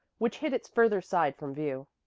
which hid its further side from view.